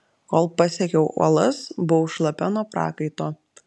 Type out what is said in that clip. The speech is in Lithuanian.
kol pasiekiau uolas buvau šlapia nuo prakaito